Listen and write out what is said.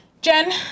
Jen